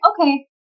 okay